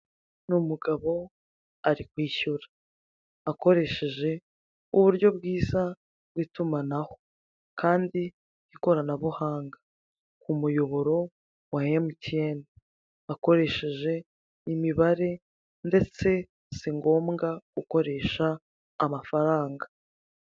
Ni umugabo ari kwishyura akoresheje uburyo bwiza bw'itumanaho kandi ikoranabuhanga ku muyoboro wa Mtn akoresheje imibare ndetse singombwa gukoresha amafaranga.